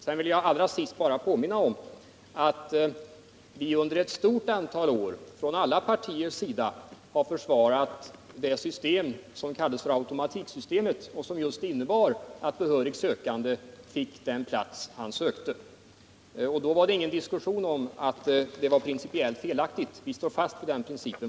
Allra sist vill jag bara påminna om att alla partier under ett stort antal år har försvarat det system som kallas för automatiksystemet och som inneburit att behörig sökande fått den plats han sökt. Då var det inget tal om att det var principiellt felaktigt. Vi står fast vid den principen.